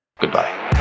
goodbye